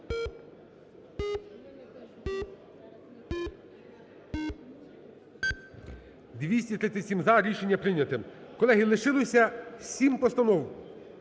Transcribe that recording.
За-237 Рішення прийняте. Колеги, лишилося 7 постанов,